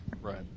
Right